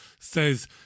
says